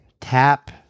Tap